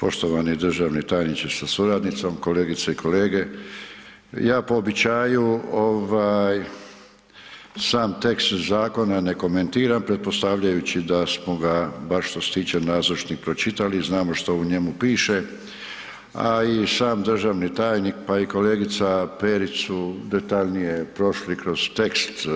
Poštovani državni tajniče sa suradnicom, kolegice i kolege ja po običaju sam tekst zakona ne komentiram pretpostavljajući da smo ga bar što se tiče nazočnih pročitali i znamo šta u njemu piše, a i sam državni tajnik pa i kolegica Perić su detaljnije prošli kroz tekst